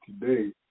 today